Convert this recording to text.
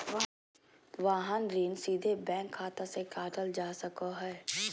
वाहन ऋण सीधे बैंक खाता से काटल जा सको हय